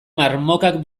marmokak